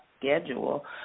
schedule